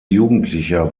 jugendlicher